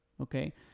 okay